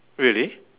really